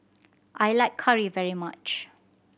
I like curry very much